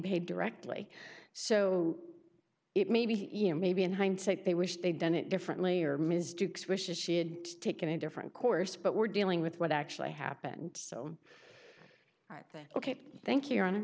paid directly so it may be he and maybe in hindsight they wished they'd done it differently or ms dukes wishes she had taken a different course but we're dealing with what actually happened so i think ok thank you